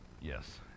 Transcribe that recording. Yes